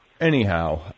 Anyhow